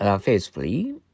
faithfully